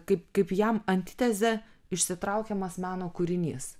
kaip kaip jam antitezė išsitraukiamas meno kūrinys